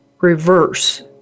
reverse